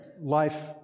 life